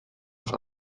noch